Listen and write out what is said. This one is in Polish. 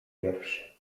pierwszy